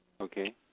Okay